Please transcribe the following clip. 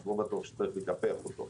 אז לא בטוח שצריך לקפח אותו.